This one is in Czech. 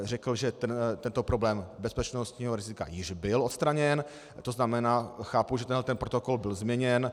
Řekl, že tento problém bezpečnostního rizika již byl odstraněn, to znamená, chápu, že tento protokol byl změněn.